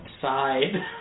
side